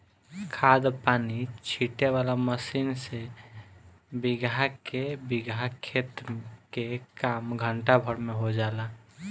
खाद पानी छीटे वाला मशीन से बीगहा के बीगहा खेत के काम घंटा भर में हो जाला